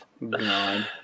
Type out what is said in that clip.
No